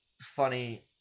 funny